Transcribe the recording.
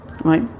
right